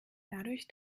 dadurch